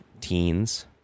teens